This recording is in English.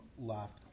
left